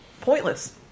pointless